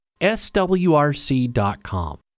SWRC.com